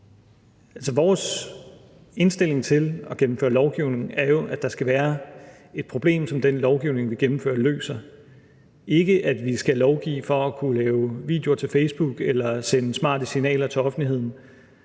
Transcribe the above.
Vores indstilling til at gennemføre lovgivning, er jo, at der skal være et problem, som den lovgivning, vi gennemfører, løser, og ikke, at vi skal lovgive for at kunne lave videoer til Facebook eller sende smarte signaler til offentligheden.